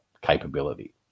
capability